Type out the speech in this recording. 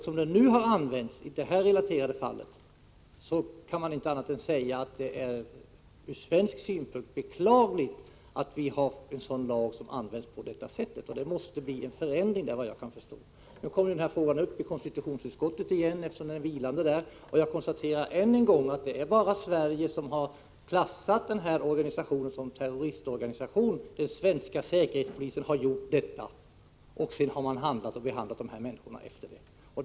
Som den har använts i det relaterade fallet kan man inte säga annat än att det är från svensk synpunkt beklagligt att vi har en lag som används på detta sätt. Det måste bli en förändring, såvitt jag kan förstå. Nu kommer frågan upp i konstitutionsutskottet igen, eftersom den är vilande där, och jag konstaterar än en gång att det är bara här i Sverige som man har klassat den här organisationen som terroristorganisation. Den svenska säkerhetspolisen har gjort det, och sedan har man behandlat dessa människor enligt det mönstret.